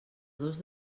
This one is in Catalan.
dos